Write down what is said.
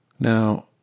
Now